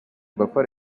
buffer